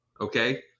okay